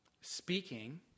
speaking